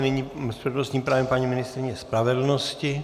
Nyní s přednostním právem paní ministryně spravedlnosti.